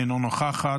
אינה נוכחת.